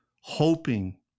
Hoping